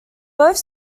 both